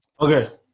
Okay